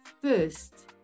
first